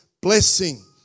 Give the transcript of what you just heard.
blessing